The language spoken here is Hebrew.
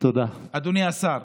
אדוני השר.